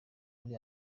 muri